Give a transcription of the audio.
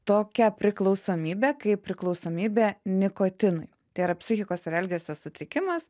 tokia priklausomybė kaip priklausomybė nikotinui tai yra psichikos ir elgesio sutrikimas